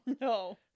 No